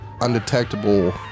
undetectable